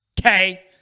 Okay